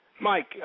Mike